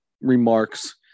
remarks